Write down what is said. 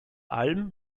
alm